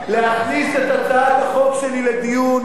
להכניס את הצעת החוק שלי לדיון,